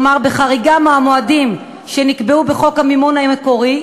כלומר בחריגה מהמועדים שנקבעו בחוק המימון המקורי,